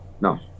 No